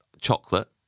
chocolate